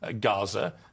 Gaza